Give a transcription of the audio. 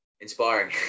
inspiring